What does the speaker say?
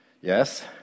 Yes